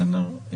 בסדר?